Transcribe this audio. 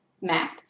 map